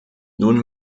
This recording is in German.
nun